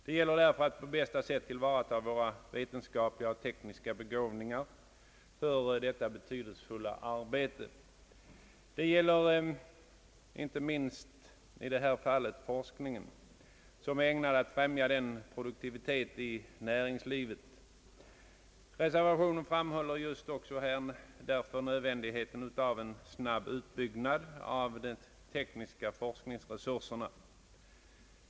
Det gäller därför att på bästa sätt tillvarata våra vetenskapliga och tekniska begåvningar för detta betydelsefulla arbete. Detta gäller inte minst den forskning som är ägnad att främja produktiviteten i näringslivet. Reservanterna framhåller just därför nödvändigheten av en snabb utbyggnad av de tekniska forskningsresurserna.